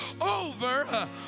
over